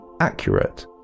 accurate